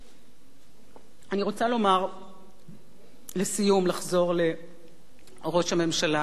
אני רוצה, לסיום, לחזור לראש הממשלה יצחק רבין.